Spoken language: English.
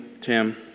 Tim